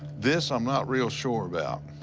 this, i'm not real sure about.